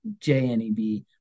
JNEB